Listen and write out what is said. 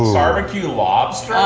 barbecued lobster!